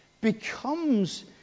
becomes